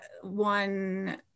one